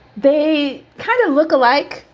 they kind of look alike,